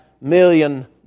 million